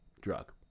drug